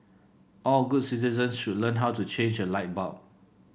all good citizens should learn how to change a light bulb